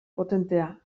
potentea